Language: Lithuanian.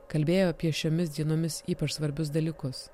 kalbėjo apie šiomis dienomis ypač svarbius dalykus